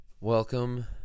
Welcome